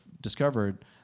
discovered